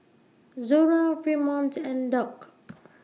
Zora Fremont and Doc